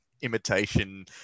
imitation